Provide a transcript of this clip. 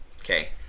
Okay